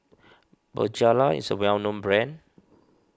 Bonjela is a well known brand